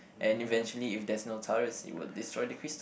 and eventually if there's no turrets it will destroy the crystal